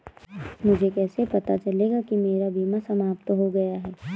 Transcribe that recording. मुझे कैसे पता चलेगा कि मेरा बीमा समाप्त हो गया है?